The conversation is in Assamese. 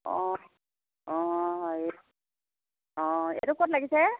অঁ অঁ হেৰি অঁ এইটো ক'ত লাগিছে